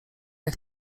jak